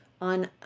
on